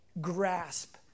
grasp